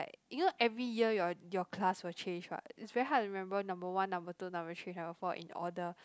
like you know every year your your class will change what it's very hard to remember number one number two number three number four in order